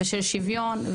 ושל שוויון,